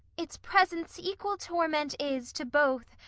its presence equal torment is to both,